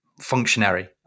functionary